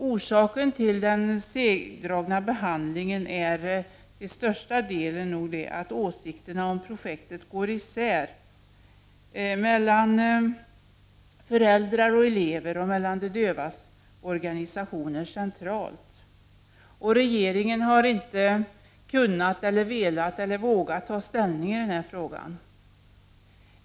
Orsaken till den segdragna behandlingen är till största delen att åsikterna om projektet går isär mellan föräldrar och elever å ena sidan och de dövas organisationer centralt å andra sidan. Regeringen har inte kunnat, velat eller vågat ta ställning i denna fråga.